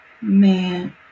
man